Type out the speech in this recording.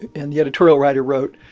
and the editorial writer wrote,